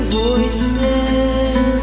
voices